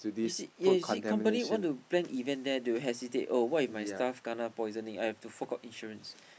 is it ya is it company want to plan event there they will hesitate oh what if my staff kena poisoning I have to fork out insurance